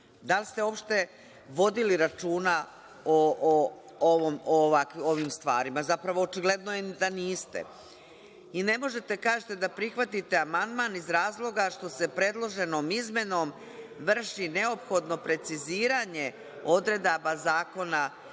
Da li ste uopšte vodili računa o ovim stvarima. Zapravo, očigledno je da niste. Ne možete da kažete da prihvatite amandman iz razloga što se predloženom izmenom vrši neophodno preciziranje odredaba Zakona